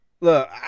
Look